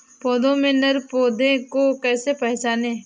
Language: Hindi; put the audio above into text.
पौधों में नर पौधे को कैसे पहचानें?